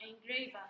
engraver